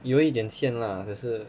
有一点线啦可是